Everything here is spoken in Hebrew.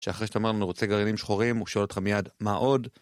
שאחרי שאתה אומר לנו, אתה רוצה גרעינים שחורים, הוא שואל אותך מיד, מה עוד?